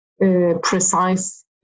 precise